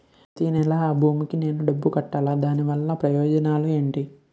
ప్రతినెల అ భీమా కి నేను డబ్బు కట్టాలా? దీనివల్ల ప్రయోజనాలు ఎంటి?